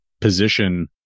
position